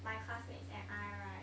my classmates and I right